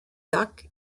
duck